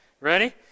Ready